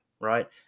right